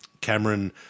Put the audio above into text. Cameron